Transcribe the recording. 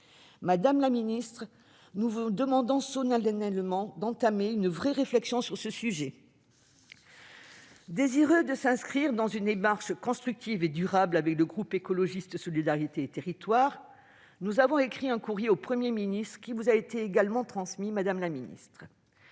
Madame la ministre, nous vous demandons solennellement d'entamer une véritable réflexion sur ce sujet. Désireux de s'inscrire dans une démarche constructive et durable, les membres du groupe Écologiste - Solidarité et Territoires ont écrit un courrier au Premier ministre, qui vous a été également transmis. Dans ce